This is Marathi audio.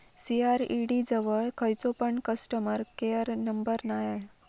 सी.आर.ई.डी जवळ खयचो पण कस्टमर केयर नंबर नाय हा